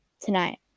Tonight